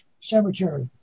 cemetery